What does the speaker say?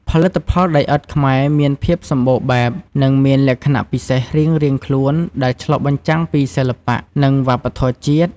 ផលិតផលដីឥដ្ឋខ្មែរមានភាពសម្បូរបែប និងមានលក្ខណៈពិសេសរៀងៗខ្លួនដែលឆ្លុះបញ្ចាំងពីសិល្បៈ និងវប្បធម៌ជាតិ